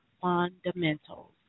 fundamentals